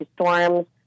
storms